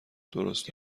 درست